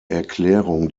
erklärung